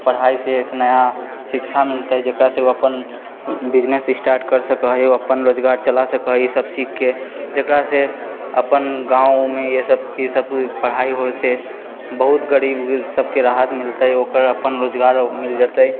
पढ़ाइसँ एक नया शिक्षा मिलतै जेकरासँ ओ अपन बिजनेस स्टार्ट करि सकै हइ ओ अपन रोजगार चलाइ सकै हइ ई सभ सीखिके जेकरासँ अपन गाँवमे इएह सभ ई सभ पढ़ाइ होइसँ बहुत गरीब सभके राहत मिलतै ओकर अपन रोजगार मिल जतै